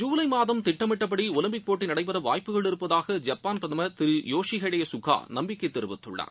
ஜூலை மாதம் திட்டமிட்டப்படி ஒலிம்பிக் போட்டி நடைபெற வாய்ப்புகள் இருப்பதாக ஜப்பாள் பிரதமர் திரு யோஷி ஹைடே சுகா நம்பிக்கை தெரிவித்துள்ளார்